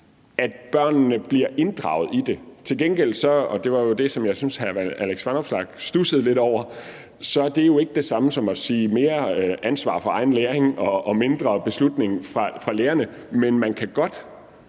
at børnene skal inddrages i det. Til gengæld – og det var jo det, jeg synes hr. Alex Vanopslagh studsede lidt over – er det jo ikke det samme som at sige: Mere ansvar for egen læring, og mindre beslutning fra lærerne. Men man kan godt